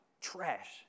trash